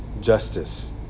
justice